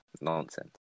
nonsense